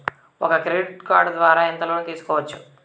ఒక credit card ద్వారా ఎంత లోను తీసుకోవచ్చు?